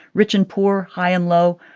rich and poor, high and low,